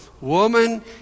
woman